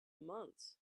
months